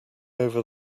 over